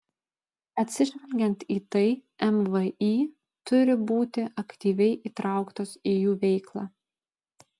atsižvelgiant į tai mvį turi būti aktyviai įtrauktos į jų veiklą